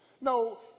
No